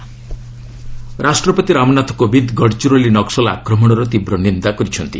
ପ୍ରେକ୍ ଆଟାକ୍ ରାଷ୍ଟ୍ରପତି ରାମନାଥ କୋବିନ୍ଦ୍ ଗଡ଼ଚିରୋଲି ନକୁଲ ଆକ୍ରମଣର ତୀବ୍ର ନିନ୍ଦା କରିଛନ୍ତି